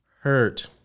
hurt